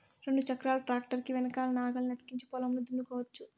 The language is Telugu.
రెండు చక్రాల ట్రాక్టర్ కి వెనకల నాగలిని అతికించి పొలంను దున్నుకోవచ్చు